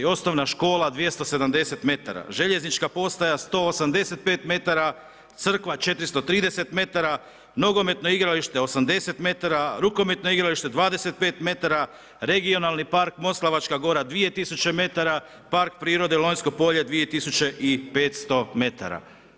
Osnovna škola 270 metara, željeznička postaja 185 metara, crkva 430 metara, nogometnog igralište 80 metara, rukometno igralište 25 metara, Regionalni park Moslavačka gora 2000 metara, Park prirode Lonjsko polje 2500 metara.